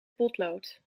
potlood